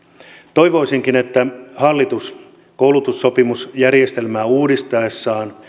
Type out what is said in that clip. toivoisinkin että hallitus koulutussopimusjärjestelmää uudistaessaan